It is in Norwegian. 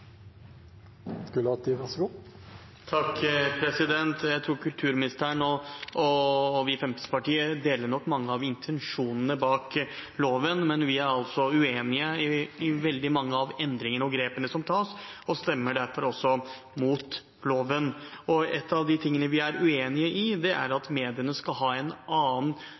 kulturministeren og vi i Fremskrittspartiet deler mange av intensjonene bak loven, men vi er uenig i veldig mange av endringene og grepene som tas, og Fremskrittspartiet stemmer derfor imot loven. Én av tingene vi er uenig i, er at mediene skal ha